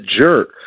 jerk